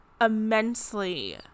immensely